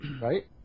Right